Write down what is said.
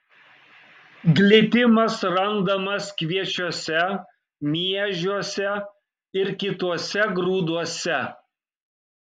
glitimas randamas kviečiuose miežiuose ir kituose grūduose